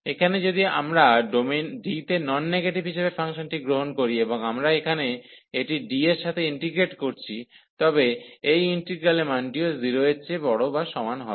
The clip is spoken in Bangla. এখানে যদি আমরা ডোমেন D তে নন নেগেটিভ হিসাবে ফাংশনটি গ্রহণ করি এবং আমরা এখানে এটি D এর সাথে ইন্টিগ্রেট করছি তবে এই ইন্টিগ্রালের মানটিও 0 এর চেয়ে বড় বা সমান হবে